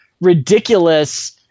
ridiculous